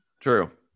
True